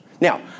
Now